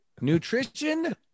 Nutrition